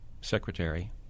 secretary